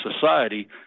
society